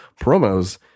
promos